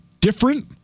different